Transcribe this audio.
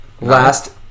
last